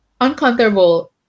Uncomfortable